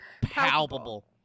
palpable